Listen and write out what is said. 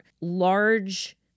large